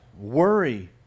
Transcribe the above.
worry